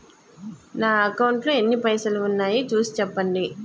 నా అకౌంట్లో ఎన్ని పైసలు ఉన్నాయి చూసి చెప్పండి?